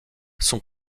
son